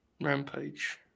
Rampage